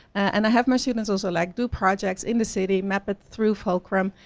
and i have my students also like do projects in the city, map it through fulcrum,